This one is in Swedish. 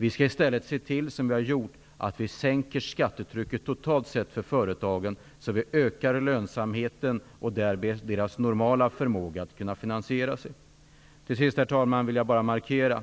Vi skall i stället se till, vilket vi har gjort, att sänka skattetrycket totalt sett för företagen så att lönsamheten ökas och därmed deras förmåga att kunna finansiera sig. Herr talman! Jag vill till sist nämna att